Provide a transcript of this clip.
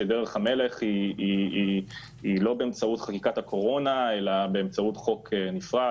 שדרך המלך היא לא באמצעות חקיקת הקורונה אלא באמצעות חוק נפרד,